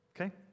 Okay